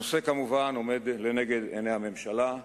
הנושא עומד כמובן לנגד עיני הממשלה.